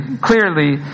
clearly